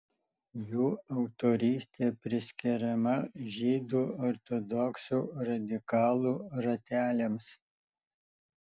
jų autorystė priskiriama žydų ortodoksų radikalų rateliams